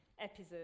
episode